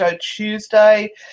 Tuesday